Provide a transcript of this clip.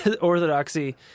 orthodoxy